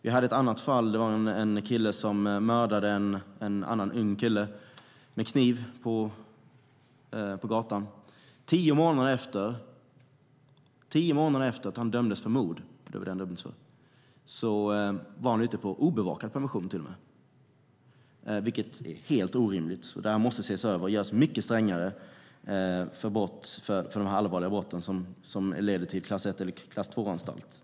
I ett annat fall mördade en kille en annan ung kille med kniv på gatan. Tio månader efter att han dömdes för mord var han ute på permission - obevakad permission, till och med, vilket är helt orimligt. Det här måste ses över och göras mycket strängare för de allvarliga brott som leder till klass 1 eller klass 2-anstalt.